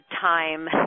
time